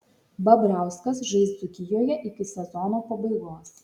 babrauskas žais dzūkijoje iki sezono pabaigos